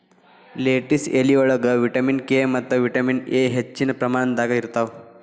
lettuce ಎಲಿಯೊಳಗ vitamin K ಮತ್ತ vitamin A ಹೆಚ್ಚಿನ ಪ್ರಮಾಣದಾಗ ಇರ್ತಾವ